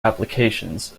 applications